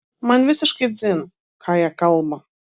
man visiškai dzin ką jie kalba